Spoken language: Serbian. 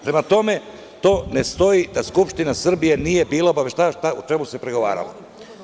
Prema tome, to ne stoji da Skupština Srbije nije bila obaveštena o čemu se pregovaralo.